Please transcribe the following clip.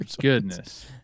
goodness